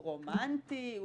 הוא רומנטי,